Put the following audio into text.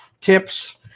tips